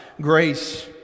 grace